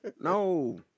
No